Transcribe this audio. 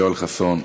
יואל חסון,